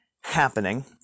happening